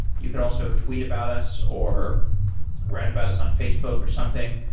you can also tweet about us, or write about us on facebook or something.